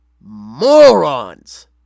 Morons